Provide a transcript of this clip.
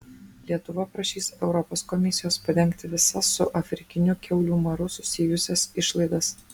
lietuva prašys europos komisijos padengti visas su afrikiniu kiaulių maru susijusias išlaidas